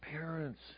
parents